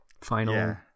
final